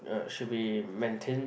should be maintained